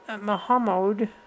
Muhammad